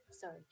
sorry